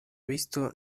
visto